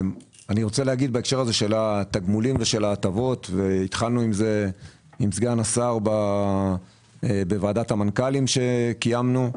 התחלנו עם התמלוגים וההטבות ביחד עם סגן השר בוועדת המנכ"לים שקיימנו.